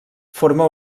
forma